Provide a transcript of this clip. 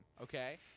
okay